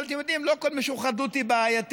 אבל אתם יודעים, לא כל משוחדות היא בעייתית.